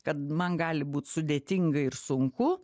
kad man gali būt sudėtinga ir sunku